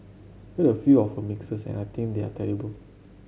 heard a few of her mixes and I think they are terrible